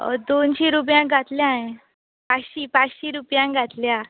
दोनशीं रुपयांक घातल्या हांवें पांचशीं पांचशीं रुपयांक घातल्या